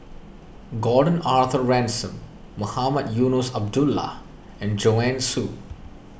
Gordon Arthur Ransome Mohamed Eunos Abdullah and Joanne Soo